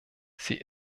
sie